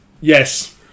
Yes